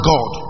God